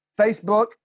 Facebook